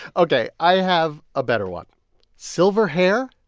ok, i have a better one silver hair,